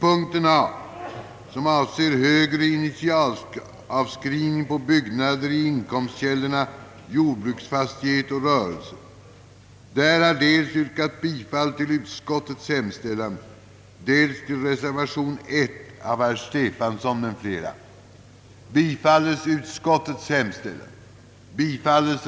Paul Jansson, vara eniga om de olika medel som vi bör använda för att nå målet.